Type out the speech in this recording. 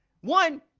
One